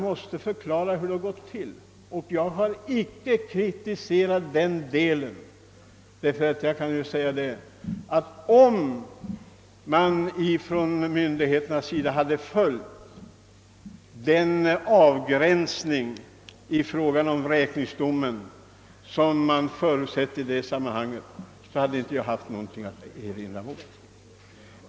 Och då måste jag ju förklara hur det hela låg till. Om myndigheterna hade följt den avgränsning i fråga om vräkningsdomen som förutsätts i sammanhanget, hade jag inte haft något att erinra.